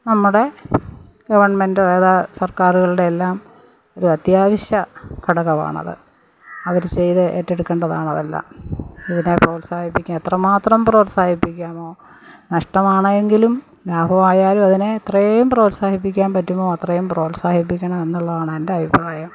നമ്മുടെ ഗവണ്മെൻറ്റോ ഏതാ സർക്കാരുകളുടെ എല്ലാം ഒരു അത്യാവശ്യ ഘടകമാണത് അവര് ചെയ്ത് ഏറ്റെടുക്കേണ്ടതാണ് അതെല്ലാം അതിനെ പ്രോത്സാഹിപ്പിക്കാൻ എത്രമാത്രം പ്രോത്സാഹിപ്പിക്കാമോ നഷ്ടമാണെങ്കിലും ലാഭമായാലും അതിനെ എത്രയും പ്രോത്സാഹിപ്പിക്കാൻ പറ്റുമോ അത്രയും പ്രോത്സാഹിപ്പിക്കണം എന്നുള്ളതാണ് എൻ്റെ അഭിപ്രായം